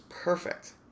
perfect